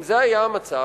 אם זה היה המצב,